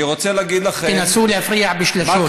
אני רוצה להגיד לכם, תנסו להפריע בשלשות.